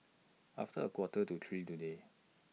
after A Quarter to three today